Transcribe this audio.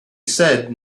said